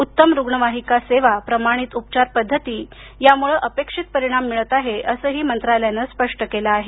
उत्तम रुग्णवाहिका सेवा प्रमाणित उपचार पद्धती यामुळे अपेक्षित परिणाम मिळत आहेत असंही मंत्रालयानं स्पष्ट केलं आहे